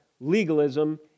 legalism